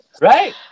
right